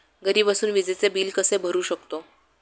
घरी बसून विजेचे बिल कसे भरू शकतो?